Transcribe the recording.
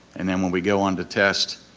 and then when we go on the test,